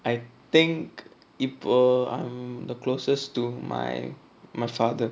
I think இப்போ:ippo I'm the closest to my my father